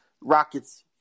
Rockets